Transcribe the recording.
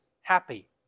happy